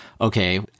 okay